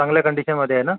चांगल्या कंडीशनमध्ये आहे ना